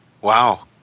Wow